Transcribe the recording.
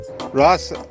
Ross